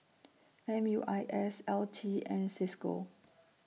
M U I S L T and CISCO